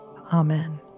Amen